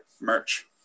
Merch